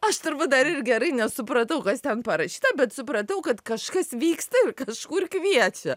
aš turbūt dar ir gerai nesupratau kas ten parašyta bet supratau kad kažkas vyksta kažkur kviečia